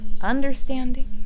understanding